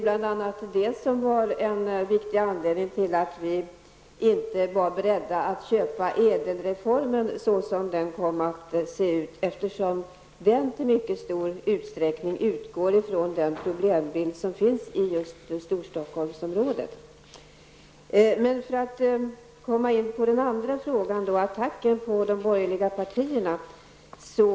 Vi var inte heller beredda att köpa ÄDEL-reformen såsom den kom att se ut, eftersom den i mycket stor utsträckning utgick från den problembild som finns just i Stockholmsområdet. Bo Holmberg attackerade de borgerliga partierna.